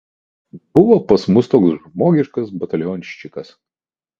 buvo pas mus toks žmogiškas batalionščikas